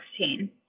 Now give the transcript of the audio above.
2016